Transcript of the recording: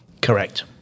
Correct